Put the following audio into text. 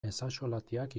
ezaxolatiak